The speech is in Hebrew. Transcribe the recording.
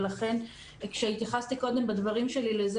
ולכן כשהתייחסתי קודם בדברים שלי לזה